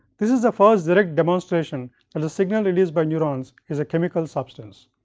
this is the first direct demonstration and the signal released by neurons is a chemical substance.